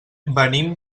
venim